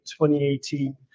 2018